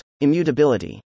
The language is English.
Immutability